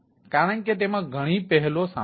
કારણ કે તેમાં ઘણી પહેલો સામેલ છે